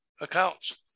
accounts